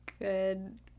good